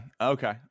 Okay